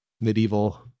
medieval